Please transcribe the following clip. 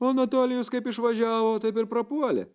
o anatolijus kaip išvažiavo taip ir prapuolė